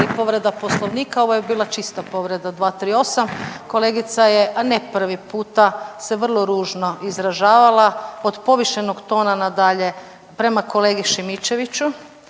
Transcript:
ili povreda Poslovnika, ovo je bila čista povreda 238. Kolegica je, a ne prvi puta se vrlo ružno izražavala, od povišenog tona na dalje prema kolegi Šimičeviću,